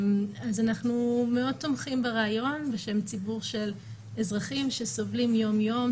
אנחנו תומכים מאוד ברעיון בשם ציבור של אזרחים שסובלים יום יום,